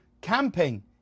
camping